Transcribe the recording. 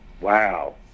Wow